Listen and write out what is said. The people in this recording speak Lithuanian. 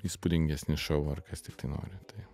įspūdingesnis šou ar kas tiktai nori tai